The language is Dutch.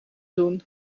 doen